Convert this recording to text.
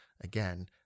again